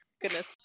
Goodness